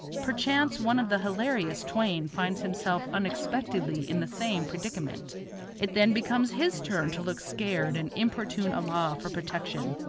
perchance one of the hilarious twain finds himself unexpectedly in the same predicament it then becomes his turn to look scared and importune allah for protection,